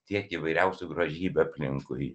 tiek įvairiausių grožybių aplinkui